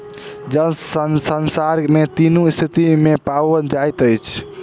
जल संसार में तीनू स्थिति में पाओल जाइत अछि